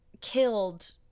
killed